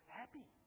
happy